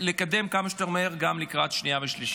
ולקדם אותה כמה שיותר מהר גם לקראת קריאה שנייה ושלישית.